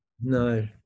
No